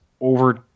over